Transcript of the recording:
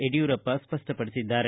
Yediyurappa ಸ್ಪಪ್ಪಡಿಸಿದ್ದಾರೆ